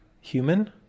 human